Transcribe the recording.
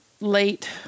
Late